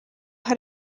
had